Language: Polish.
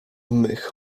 mych